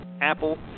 Apple